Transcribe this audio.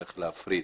צריך להפריד,